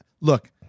look